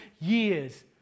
years